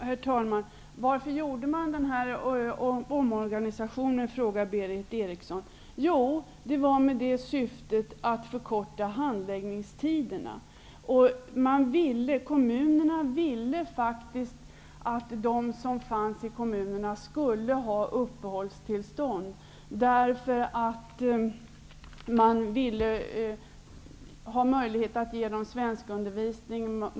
Herr talman! Berith Eriksson frågade varför man gjorde den här omorganisationen. Jo, det skedde i syfte att förkorta handläggningstiderna. Kommunerna ville faktiskt att de som fanns i kommunerna skulle ha uppehållstillstånd. Man ville ha möjlighet att ge dem svenskundervisning.